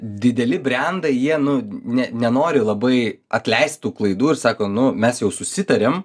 dideli brendai jie nu ne nenori labai atleist tų klaidų ir sako nu mes jau susitarėm